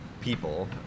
people